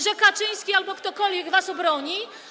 Że Kaczyński albo ktokolwiek was obroni?